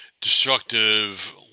destructive